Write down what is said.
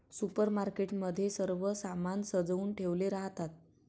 supermarket मध्ये सर्व सामान सजवुन ठेवले राहतात